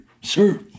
Sir